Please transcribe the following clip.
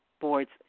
boards